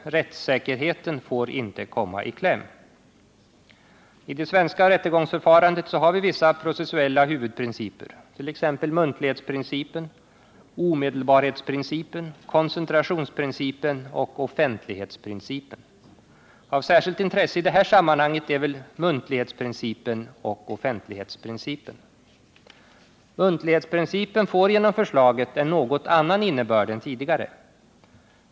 Rättssäkerheten får inte komma i kläm. Nr 105 I det svenska rättegångsförfarandet har vi vissa processuella huvudprinci Torsdagen den per, t.ex. muntlighetsprincipen, omedelbarhetsprincipen, koncentrations 15 mars 1979 principen och offentlighetsprincipen. Av särskilt intresse i det här sammanhanget är väl muntlighetsprincipen och offentlighetsprincipen. Muntlighetsprincipen får genom förslaget en något annan innebörd än tidigare.